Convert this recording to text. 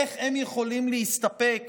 איך הם יכולים להסתפק